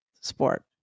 sport